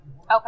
Okay